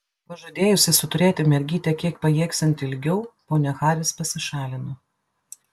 pažadėjusi suturėti mergytę kiek pajėgsianti ilgiau ponia haris pasišalino